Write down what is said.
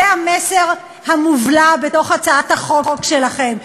זה המסר המובלע בהצעת החוק שלכם,